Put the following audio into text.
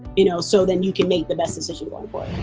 you know so then you can make the best decision going